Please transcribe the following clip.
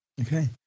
Okay